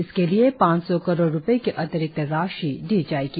इसके लिए पांच सौ करोड़ रुपये की अतिरिक्त राशि दी जाएगी